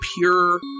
pure